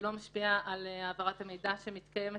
זה לא משפיע על העברת המידע שמתקיימת